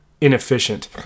inefficient